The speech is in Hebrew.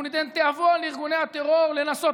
אנחנו ניתן תיאבון לארגוני הטרור לנסות